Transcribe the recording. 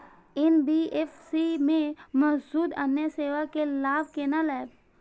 NBFC में मौजूद अन्य सेवा के लाभ केना लैब?